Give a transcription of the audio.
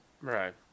Right